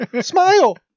Smile